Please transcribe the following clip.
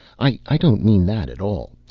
i don't mean that at all.